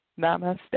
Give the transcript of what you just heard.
namaste